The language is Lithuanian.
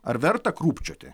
ar verta krūpčioti